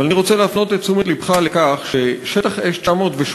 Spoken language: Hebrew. אבל אני רוצה להפנות את תשומת לבך לכך ששטח אש 918,